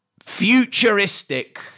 futuristic